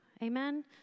Amen